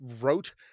wrote